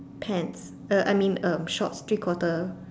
pants uh I mean um shorts three quarter